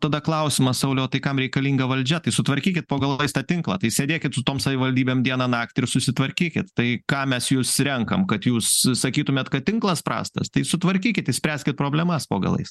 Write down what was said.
tada klausimas sauliau o tai kam reikalinga valdžia tai sutvarkykit po galais tą tinklą tai sėdėkit su tom savivaldybėm dieną naktį ir susitvarkykit tai kam mes jus renkam kad jūs sakytumėt kad tinklas prastas tai sutvarkykit išspręskit problemas po galais